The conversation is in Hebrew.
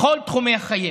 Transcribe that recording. בכל תחומי החיים.